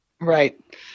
Right